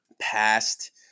past